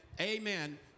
amen